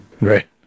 Right